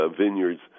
vineyards